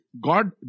God